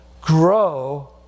grow